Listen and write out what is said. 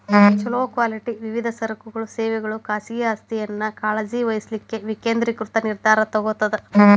ಛೊಲೊ ಕ್ವಾಲಿಟಿ ವಿವಿಧ ಸರಕುಗಳ ಸೇವೆಗಳು ಖಾಸಗಿ ಆಸ್ತಿಯನ್ನ ಕಾಳಜಿ ವಹಿಸ್ಲಿಕ್ಕೆ ವಿಕೇಂದ್ರೇಕೃತ ನಿರ್ಧಾರಾ ತೊಗೊತದ